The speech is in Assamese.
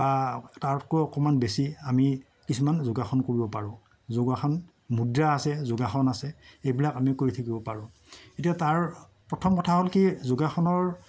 তাতকৈ অকণমান বেছি আমি কিছুমান যোগাসন কৰিব পাৰোঁ যোগাসন মুদ্ৰা আছে যোগাসন আছে এইবিলাক আমি কৰি থাকিব পাৰোঁ এতিয়া তাৰ প্ৰথম কথা হ'ল কি যোগাসনৰ